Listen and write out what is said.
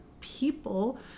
people